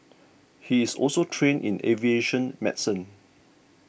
he is also trained in aviation medicine